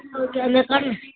okay அந்த